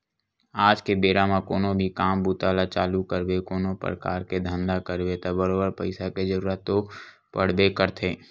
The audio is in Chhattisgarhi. आज के बेरा म कोनो भी काम बूता ल चालू करबे कोनो परकार के धंधा करबे त बरोबर पइसा के जरुरत तो पड़बे करथे